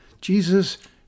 Jesus